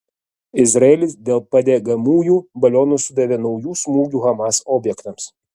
izraelis dėl padegamųjų balionų sudavė naujų smūgių hamas objektams